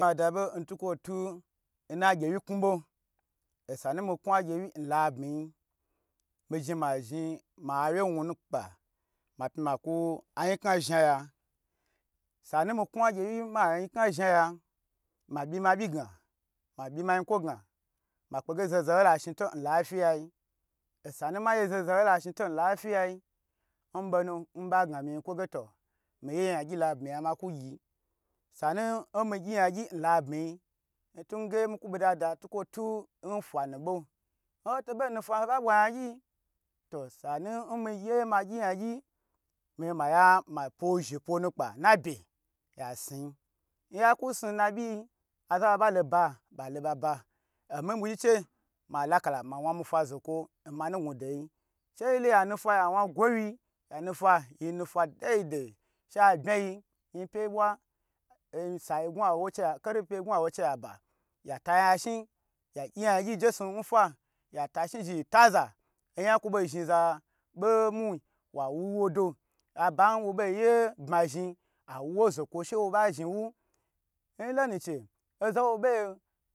Miye mada bo ntukwo tu nna gye wi kna bo osanu mi kwa gye wi n labmiyi mi zhni ma zhni ma wye na kpa mi pyi ma yin ko a zha ya san mi kwa gyu wi ma yin kna zha ya ma byi ma byi gna ma byi ma yin kwo gna mi kpe ge za za yi to shito n lafiya osanu ma gye zoze yi la shi to lafia i nbo nu nba gna miyikwo ge to miye yan gyi la bmi yan maku gyi sanu mi gyi yan gyi n labmiyi ntungu mi kwa to buda da ntun nfa nu bo nho to bo nufan hobo bwa yan gyi to osanu miye ma gyi yan gyi miyi maya ma pwo she pwo na kpa na be yasni nya ku sni n nabyi yi aza ba ba lo ba ba loba omibwi gyi che mala kala ma wan mi fa zokwo n manu gundo yi she yilo ya na fa ya wan gwo wi, sanu fa yi nufa dei dei she abma yi yinpye yi bwa nosayi korife ngnu awo chayi ba ya taya shaiya gyi ya gyi n je su nfa ya shni zhni yi taza oyan kwo bo zhni za bo mwi wa wuwo do aba nwo bo ye bma zhni awu wo zoko she wo ba, zhi wu nlonu che oza wo bo.